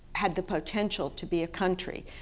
had the potential to be a country,